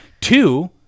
Two